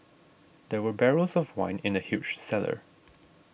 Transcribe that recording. there were barrels of wine in the huge cellar